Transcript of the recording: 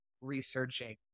researching